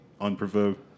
unprovoked